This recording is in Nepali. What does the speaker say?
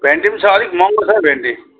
भेन्डी पनि छ अलिक महँगो छ हो भेन्डी